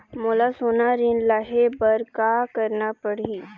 मोला सोना ऋण लहे बर का करना पड़ही?